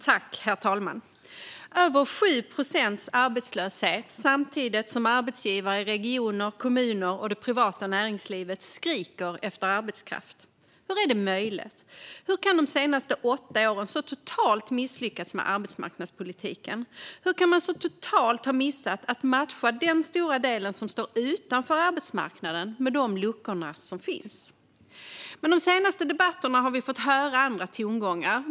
Herr talman! Över 7 procents arbetslöshet samtidigt som arbetsgivare i regioner, kommuner och det privata näringslivet skriker efter arbetskraft - hur är det möjligt? Hur kan man under de senaste åtta åren så totalt ha misslyckats med arbetsmarknadspolitiken? Hur kan man så totalt ha missat att matcha den stora del som står utanför arbetsmarknaden med de luckor som finns? I de senaste debatterna har vi fått höra nya tongångar.